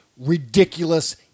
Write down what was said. ridiculous